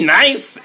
nice